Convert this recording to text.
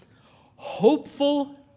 hopeful